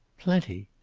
plenty.